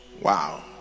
Wow